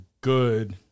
good